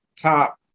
top